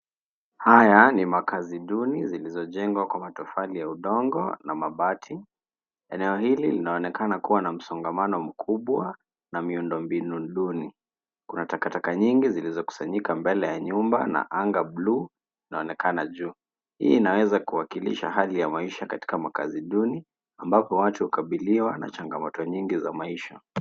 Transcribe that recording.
Haya ni makazi duni zilizojengwa kwa matofali ya udongo na mabati. Eneo hili linaonekana kuwa na msongamano mkubwa na miundombinu duni. Kuna takataka nyingi zilizokusanyika mbele ya nyumba na anga bluu linaonekana juu. Hii inaweza kuwakilisha hali ya maisha katika makazi duni ambapo watu hukabiliwa na changamoto nyingi za maisha.